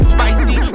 Spicy